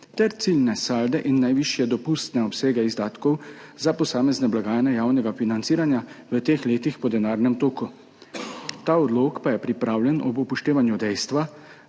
ter ciljne salde in najvišje dopustne obsege izdatkov za posamezne blagajne javnega financiranja v teh letih po denarnem toku. Ta odlok pa je pripravljen ob upoštevanju dejstva,